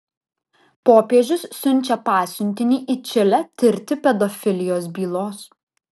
popiežius siunčia pasiuntinį į čilę tirti pedofilijos bylos